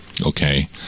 Okay